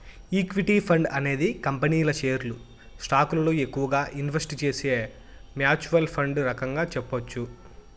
equity fund అనేది కంపెనీల షేర్లు స్టాకులలో ఎక్కువగా ఇన్వెస్ట్ చేసే మ్యూచ్వల్ ఫండ్ రకంగా చెప్పొచ్చు